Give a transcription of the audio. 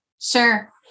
Sure